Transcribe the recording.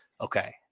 okay